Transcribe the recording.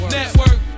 network